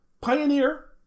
Pioneer